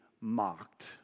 mocked